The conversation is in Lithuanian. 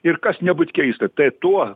ir kas nebūt keista tai tuo